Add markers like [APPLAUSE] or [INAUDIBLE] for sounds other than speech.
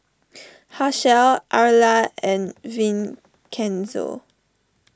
[NOISE] Hershell Arla and Vincenzo